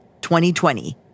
2020